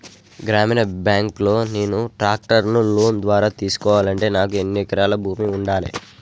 గ్రామీణ బ్యాంక్ లో నేను ట్రాక్టర్ను లోన్ ద్వారా తీసుకోవాలంటే నాకు ఎన్ని ఎకరాల భూమి ఉండాలే?